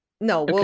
no